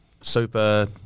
Super